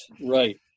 right